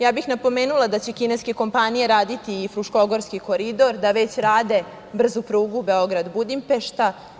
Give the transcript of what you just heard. Ja bih napomenula da će kineske kompanije raditi i Fruškogorski koridor, da već rade brzu prugu Beograd – Budimpešta.